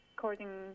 According